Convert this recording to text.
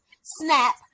Snap